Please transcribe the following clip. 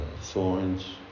thorns